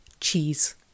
Cheese